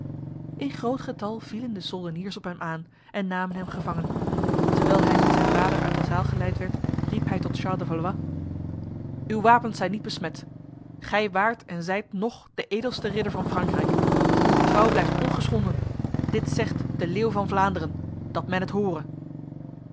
in groot getal vielen de soldeniers op hem aan en namen hem gevangen terwijl hij met zijn vader uit de zaal geleid werd riep hij tot charles de valois uw wapens zijn niet besmet gij waart en zijt nog de edelste ridder van frankrijk uw trouw blijft ongeschonden dit zegt de leeuw van vlaanderen dat men het hore